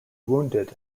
wounded